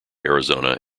arizona